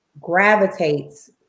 gravitates